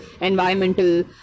environmental